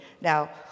Now